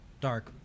dark